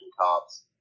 Cops